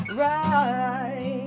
right